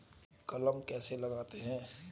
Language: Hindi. कलम कैसे लगाते हैं?